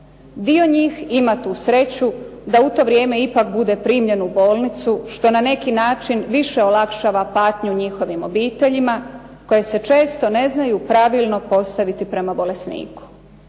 Dio njih ima tu sreću da u to vrijeme ipak bude primljen u bolnicu što na neki način više olakšava patnju njihovim obiteljima koje se često ne znaju pravilno postaviti prema bolesniku.